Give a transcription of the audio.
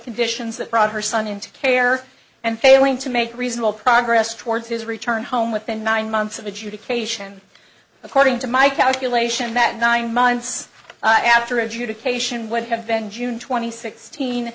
conditions that brought her son into care and failing to make reasonable progress towards his return home within nine months of adjudication according to my calculation that nine months after adjudication would have been june twenty sixt